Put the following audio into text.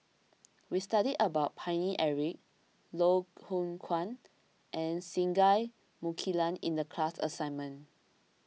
we studied about Paine Eric Loh Hoong Kwan and Singai Mukilan in the class assignment